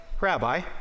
Rabbi